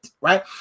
right